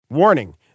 Warning